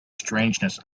strangeness